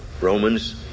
Romans